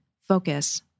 Focus